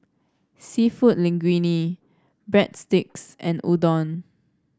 seafood Linguine Breadsticks and Udon